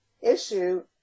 issue